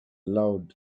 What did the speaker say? loud